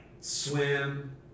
swim